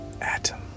Atom